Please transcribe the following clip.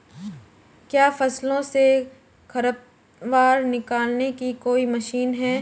क्या फसलों से खरपतवार निकालने की कोई मशीन है?